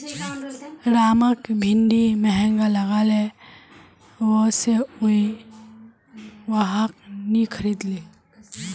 रामक भिंडी महंगा लागले वै स उइ वहाक नी खरीदले